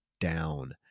down